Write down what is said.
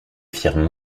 firent